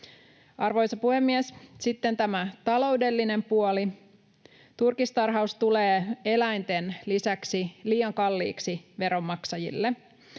Arvoisa puhemies! Sitten tämä taloudellinen puoli: Turkistarhaus tulee eläinten lisäksi liian kalliiksi veronmaksajille.